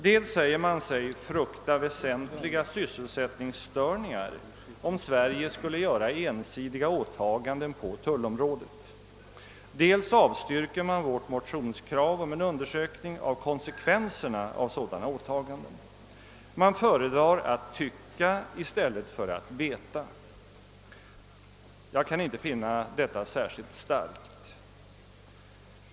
Dels säger man sig frukta väsentliga sysselsättningsstörningar, om Sverige skulle göra en sidiga åtaganden på tullområdet, dels avstyrker man vårt motionskrav på en undersökning av konsekvenserna av sådana åtaganden. Man föredrar att tycka i stället för att veta — jag kan inte finna att detta är särskilt starkt.